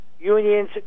unions